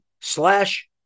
slash